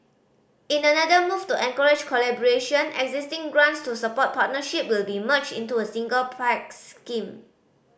in another move to encourage collaboration existing grants to support partnership will be merged into a single Pact scheme